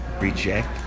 Reject